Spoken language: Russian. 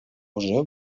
уже